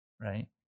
right